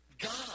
God